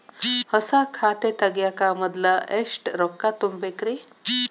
ಹೊಸಾ ಖಾತೆ ತಗ್ಯಾಕ ಮೊದ್ಲ ಎಷ್ಟ ರೊಕ್ಕಾ ತುಂಬೇಕ್ರಿ?